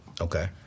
Okay